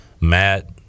Matt